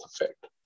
effect